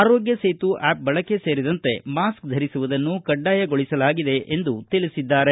ಆರೋಗ್ಯ ಸೇತು ಆ್ಲಪ್ ಬಳಕೆ ಸೇರಿದಂತೆ ಮಾಸ್ಕ್ ಧರಿಸುವುದನ್ನು ಕಡ್ಡಾಯಗೊಳಿಸಲಾಗಿದೆ ಎಂದು ತಿಳಿಸಿದ್ದಾರೆ